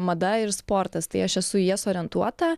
mada ir sportas tai aš esu į jas orientuota